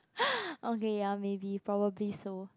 okay ya maybe probably so